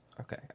Okay